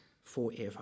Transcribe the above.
forever